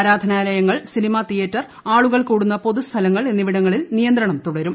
ആരാധനാലയങ്ങൾ സിനിമാതിയേറ്റർ ആളുകൾ കൂടുന്ന പൊതു സ്ഥലങ്ങൾ എന്നിവിടങ്ങളിൽ നിയന്ത്രണം തുടരും